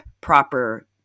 proper